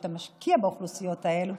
כשאתה משקיע באוכלוסיות האלו,